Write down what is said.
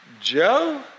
Joe